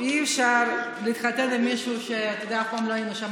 אי-אפשר להתחתן עם מישהו כשאף פעם לא היינו שם.